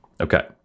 Okay